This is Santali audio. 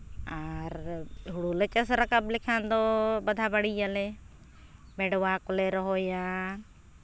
ᱟᱨ ᱦᱩᱲᱩ ᱞᱮ ᱪᱟᱥ ᱨᱟᱠᱟᱵ ᱞᱮᱠᱷᱟᱱ ᱫᱚ ᱵᱟᱫᱷᱟ ᱵᱟᱹᱲᱤᱭᱟᱞᱮ ᱵᱷᱮᱰᱣᱟ ᱠᱚᱞᱮ ᱨᱚᱦᱚᱭᱟ